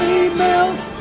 emails